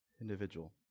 individual